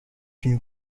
une